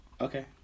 Okay